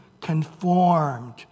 conformed